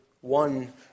one